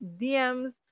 dms